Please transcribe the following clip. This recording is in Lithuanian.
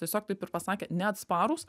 tiesiog taip ir pasakė neatsparūs